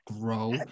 grow